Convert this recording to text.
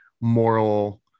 moral